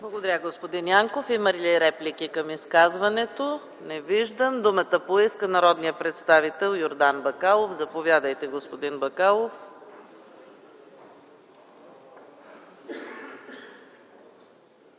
Благодаря, господин Янков. Има ли реплики към изказването? Не виждам. Думата поиска народният представител Йордан Бакалов. Заповядайте, господин Бакалов.